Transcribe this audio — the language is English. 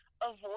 avoid